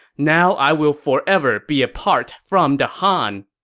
now i will forever be apart from the han!